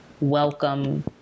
welcome